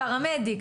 פרמדיק,